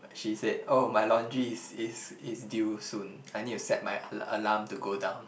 she said oh my laundry is is is due soon I need to set my ala~ alarm to go down